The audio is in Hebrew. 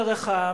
דרך העם,